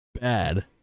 bad